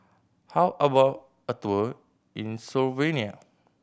how about a tour in Slovenia